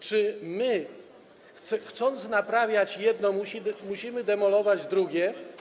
Czy my, chcąc naprawiać jedno, musimy demolować drugie?